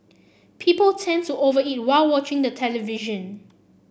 people tend to over eat while watching the television